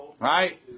Right